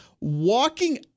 walking